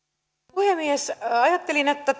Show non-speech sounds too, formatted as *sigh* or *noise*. puhemies ajattelin että *unintelligible*